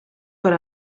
per